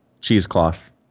cheesecloth